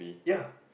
ya